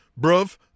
Bruv